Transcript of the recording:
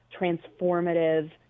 transformative